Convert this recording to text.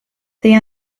they